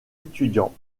étudiant